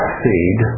seed